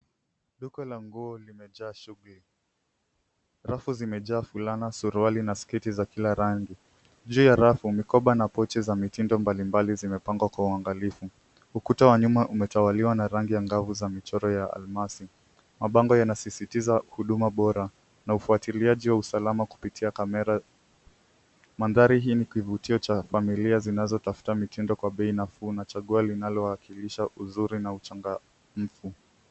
Duka la nguo limejaa shugli. Rafu zimejaa fulana, suruali na sketi za kila rangi. Juu ya rafu mikoba na pochi za mitindo mbalimbali zimepangwa kwa uangalifu. Ukuta wa nyuma umetawaliwa na rangi ya ang'avu za michoro ya almasi. Mabango yanasisitiza huduma bora na ufuatiliaji wa usalama kupitia kamera. Mandhari hii ni kivutio cha familia zinazotafuta mitindo kwa bei nafuu na chaguo linalowakilisha uzuri na uchangamfu.